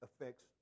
affects